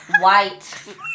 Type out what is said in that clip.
White